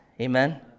amen